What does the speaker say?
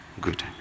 Good